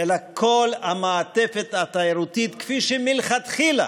אלא כל המעטפת התיירותית, כפי שמלכתחילה